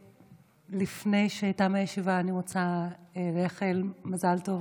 לפני תום הישיבה אני רוצה לאחל מזל טוב,